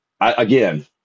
again